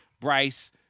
Bryce